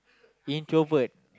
introvert